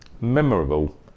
memorable